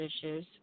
issues